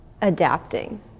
adapting